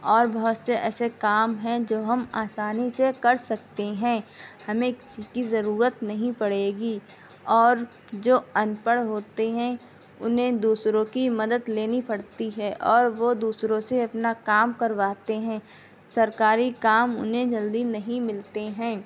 اور بہت سے ایسے کام ہیں جو ہم آسانی سے کر سکتے ہیں ہمیں کسی کی ضرورت نہیں پڑے گی اور جو انپڑھ ہوتے ہیں انہیں دوسروں کی مدد لینی پڑتی ہے اور وہ دوسروں سے اپنا کام کرواتے ہیں سرکاری کام انہیں جلدی نہیں ملتی ہیں